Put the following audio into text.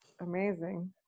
amazing